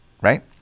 right